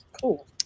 Cool